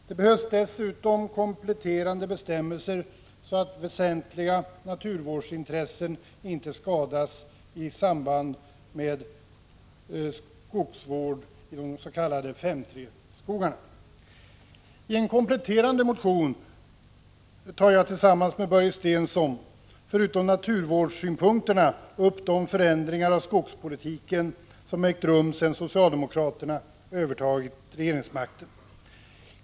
Det behövs dessutom kompletterande bestämmelser så att väsentliga naturvårdsintressen inte skadas i samband med skogsvård i de s.k. 5:3-skogarna. I en kompletterande motion tar jag tillsammans med Börje Stensson förutom naturvårdssynpunkterna upp de förändringar av skogspolitiken som ägt rum sedan socialdemokraterna övertagit regeringsmakten.